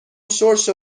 شرشر